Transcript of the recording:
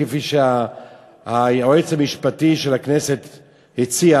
כפי שהיועץ המשפטי של הכנסת הציע,